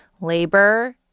labor